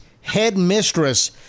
headmistress